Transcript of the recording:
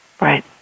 Right